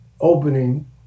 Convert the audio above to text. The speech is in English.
opening